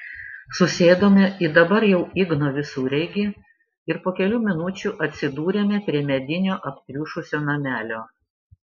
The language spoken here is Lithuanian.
susėdome į dabar jau igno visureigį ir po kelių minučių atsidūrėme prie medinio aptriušusio namelio